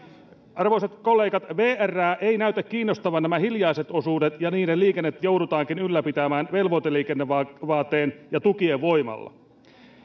arvoisat kollegat vrää eivät näytä kiinnostavan nämä hiljaiset osuudet ja niiden liikenne joudutaankin ylläpitämään velvoiteliikennevaateen ja tukien voimalla